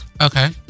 okay